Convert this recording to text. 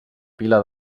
pila